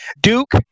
Duke